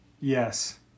yes